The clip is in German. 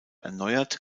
erneuert